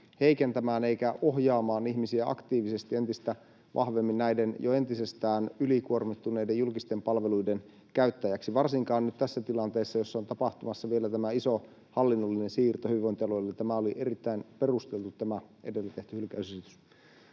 heikentämään eikä ohjaamaan ihmisiä aktiivisesti entistä vahvemmin jo entisestään ylikuormittuneiden julkisten palveluiden käyttäjiksi, varsinkaan nyt tässä tilanteessa, jossa on tapahtumassa vielä tämä iso hallinnollinen siirto hyvinvointialueille. Tämä edellä tehty hylkäysesitys